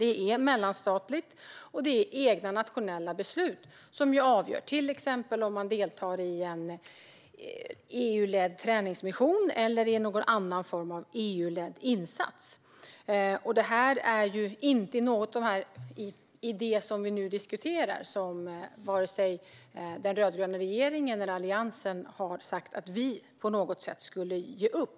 Detta är mellanstatligt, och det är egna nationella beslut som avgör, till exempel om man deltar i en EU-ledd träningsmission eller i någon annan form av EU-ledd insats. Varken den rödgröna regeringen eller Alliansen har sagt att vi på något sätt skulle ge upp.